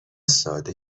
ساده